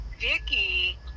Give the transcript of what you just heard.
Vicky